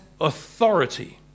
authority